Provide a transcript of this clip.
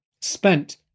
spent